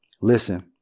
Listen